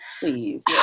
Please